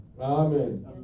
Amen